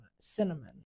cinnamon